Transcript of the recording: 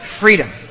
Freedom